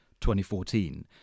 2014